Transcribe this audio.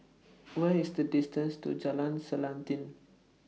What IS The distances to Jalan Selanting